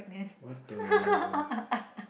what the